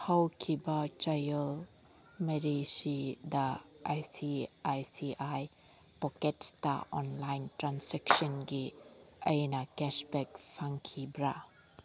ꯍꯧꯈꯤꯕ ꯆꯌꯣꯜ ꯃꯔꯤꯁꯤꯗ I C I C I ꯄꯣꯛꯀꯦꯠꯇ ꯑꯣꯟꯂꯥꯏꯟ ꯇ꯭ꯔꯥꯟꯖꯦꯛꯁꯟꯒꯤ ꯑꯩꯅ ꯀꯦꯁꯕꯦꯛ ꯐꯪꯈꯤꯕ꯭ꯔꯥ